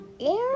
Air